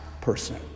person